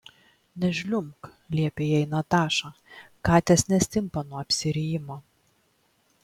nežliumbk liepė jai nataša katės nestimpa nuo apsirijimo